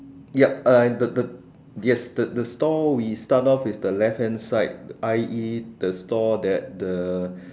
yup and the the yes the the stall we start off we the left hand side I_E the stall that the